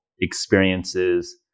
experiences